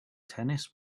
tennis